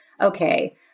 okay